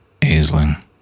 Aisling